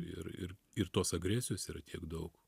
ir ir ir tos agresijos yra tiek daug